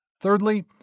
Thirdly